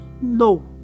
no